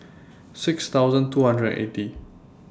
six thousand two hundred and eighty